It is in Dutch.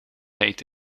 heet